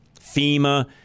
FEMA